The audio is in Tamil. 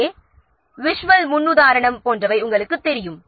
ஏ விஷுவல் பாராடைம் போன்றவை ஆகும்